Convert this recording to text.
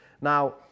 Now